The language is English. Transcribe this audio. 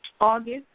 August